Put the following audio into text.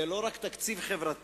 זה לא רק תקציב חברתי,